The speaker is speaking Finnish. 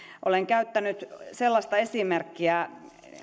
olen käyttänyt sellaista esimerkkiä